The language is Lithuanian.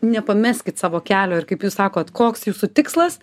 nepameskit savo kelio ir kaip jūs sakot koks jūsų tikslas